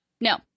No